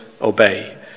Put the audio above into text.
obey